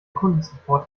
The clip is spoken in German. kundensupport